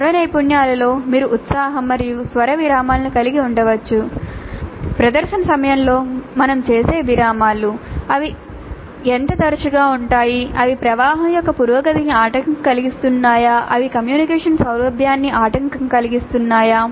స్వర నైపుణ్యాలలో మీరు ఉత్సాహం మరియు స్వర విరామాలను కలిగి ఉండవచ్చు ప్రదర్శన సమయంలో మేము చేసే విరామాలు అవి ఎంత తరచుగా ఉంటాయి అవి ప్రవాహం యొక్క పురోగతికి ఆటంకం కలిగిస్తున్నాయా అవి కమ్యూనికేషన్ సౌలభ్యానికి ఆటంకం కలిగిస్తున్నాయా